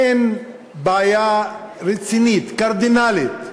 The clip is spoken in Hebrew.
אין בעיה רצינית, קרדינלית,